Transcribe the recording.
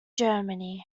germany